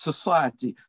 Society